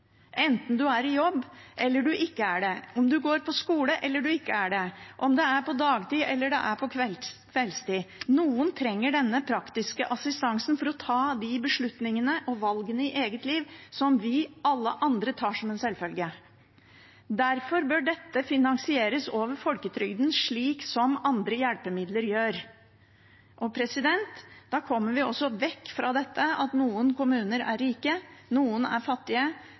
enten man er i jobb eller ikke er det, om man går på skole eller ikke, om det er på dagtid eller på kveldstid. Noen trenger denne praktiske assistansen for å kunne ta de beslutningene og valgene i eget liv som vi – alle andre – tar som en selvfølge. Derfor bør dette finansieres over folketrygden, slik andre hjelpemidler blir. Da kommer vi også vekk fra det at noen kommuner er rike, noen er fattige,